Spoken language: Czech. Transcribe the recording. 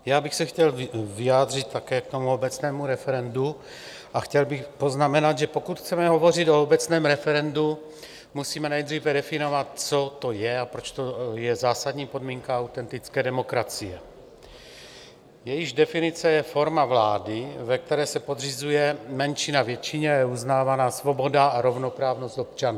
Já bych se chtěl vyjádřit také k obecnému referendu a chtěl bych poznamenat, že pokud chceme hovořit o obecném referendu, musíme nejdříve definovat, co to je a proč to je zásadní podmínka autentické demokracie, jejíž definice je forma vlády, ve které se podřizuje menšina většině a je uznávána svoboda a rovnoprávnost občanů.